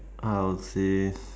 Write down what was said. I would say